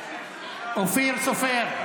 אופיר סופר,